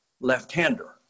left-hander